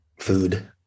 food